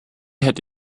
hätte